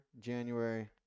January